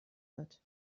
wird